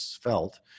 felt